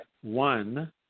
one